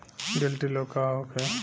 गिल्टी रोग का होखे?